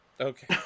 Okay